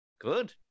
Good